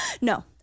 No